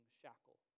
shackle